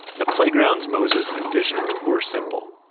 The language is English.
the playgrounds moses envisioned were simple,